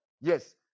Yes